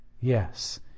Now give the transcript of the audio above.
Yes